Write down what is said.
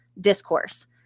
discourse